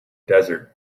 desert